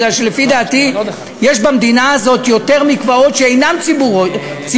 בגלל שלפי דעתי יש במדינה הזאת יותר מקוואות שאינם ציבוריים,